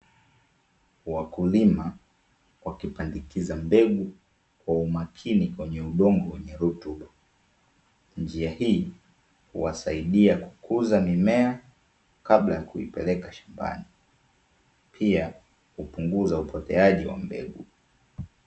Wakulima wakipandikiza mbegu kwa umakini, kwenye udongo wenye rutuba. Njia hii huwasaidia kukuza mimea kabla ya kuipeleka shambani, pia hupunguza upoteaji wa mbegu.